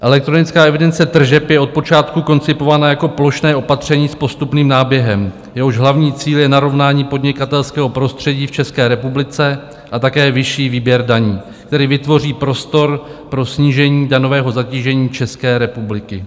Elektronická evidence tržeb je od počátku koncipována jako plošné opatření s postupným náběhem, jehož hlavní cíl je narovnání podnikatelského prostředí v České republice a také vyšší výběr daní, který vytvoří prostor pro snížení daňového zatížení České republiky.